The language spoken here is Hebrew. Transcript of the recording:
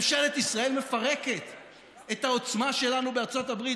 ממשלת ישראל מפרקת את העוצמה שלנו בארצות הברית.